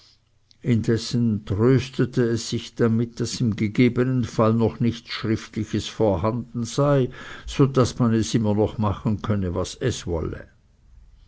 indessen tröstete es sich damit daß im gegebenen fall noch nichts schriftliches vorhanden sei so daß es noch immer machen könne was es wolle